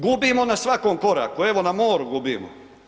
Gubimo na svakom koraku, evo na moru gubimo.